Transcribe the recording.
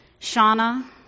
Shauna